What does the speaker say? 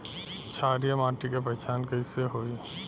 क्षारीय माटी के पहचान कैसे होई?